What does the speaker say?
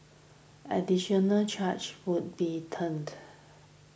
additional charges would be